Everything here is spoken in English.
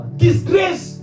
disgrace